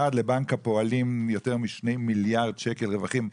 לבנק הפועלים יותר מ-2 מיליארד שקל רווחים.